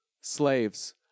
Slaves